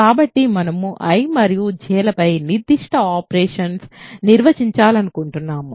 కాబట్టి మనము I మరియు J లపై నిర్దిష్ట ఆపరేషన్స్ నిర్వచించాలనుకుంటున్నాము